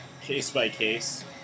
case-by-case